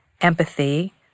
empathy